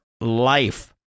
life